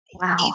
Wow